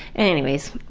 and anyways,